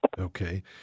Okay